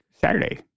Saturday